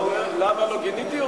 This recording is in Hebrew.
למה לא גיניתי אותו?